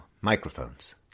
Microphones